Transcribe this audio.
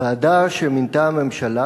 ועדה שמינתה הממשלה,